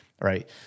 Right